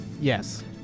Yes